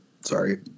Sorry